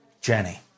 Jenny